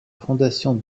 fondation